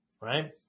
right